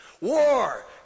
War